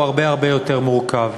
הוא הרבה יותר מורכב.